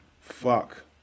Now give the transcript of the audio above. Fuck